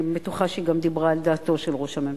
אני בטוחה שהיא גם דיברה על דעתו של ראש הממשלה.